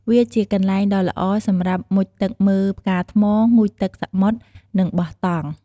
វាជាកន្លែងដ៏ល្អសម្រាប់ មុជទឹកមើលផ្កាថ្ម ងូតទឹកសមុទ្រ និងបោះតង់។